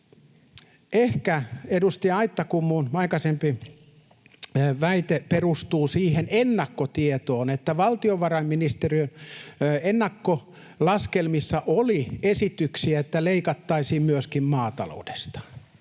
Ehkä edustaja Aittakummun aikaisempi väite perustuu siihen ennakkotietoon, että valtiovarainministeriön ennakkolaskelmissa oli esityksiä, että leikattaisiin myöskin maataloudesta.